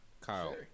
Kyle